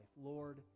Lord